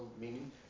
meaning